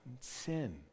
sin